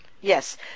yes